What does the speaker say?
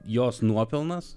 jos nuopelnas